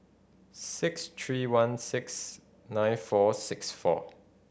six three one six nine four six four